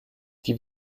die